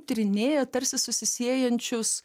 tyrinėja tarsi susisiejančius